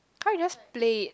try just played